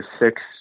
six